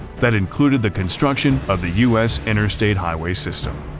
that included the construction of the us interstate highway system.